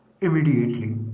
immediately